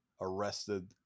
arrested